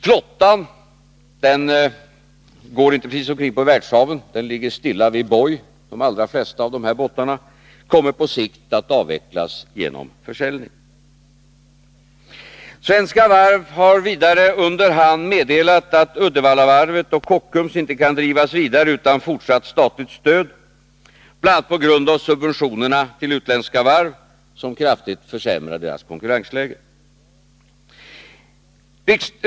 Flottan, som inte precis är ute på världshaven utan i de allra flesta fall ligger stilla vid boj, kommer på sikt att avvecklas genom försäljning. Svenska Varv har vidare under hand meddelat att Uddevallavarvet och Kockums inte kan drivas vidare utan fortsatt statligt stöd, bl.a. på grund av subventionerna till utländska varv, som kraftigt försämrar de svenska varvens konkurrensmöjligheter.